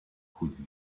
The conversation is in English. whose